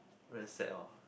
very sad orh